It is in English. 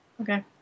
Okay